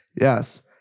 Yes